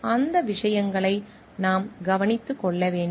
அந்த விஷயங்களை நாம் கவனித்துக் கொள்ள வேண்டும்